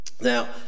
Now